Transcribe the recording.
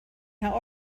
how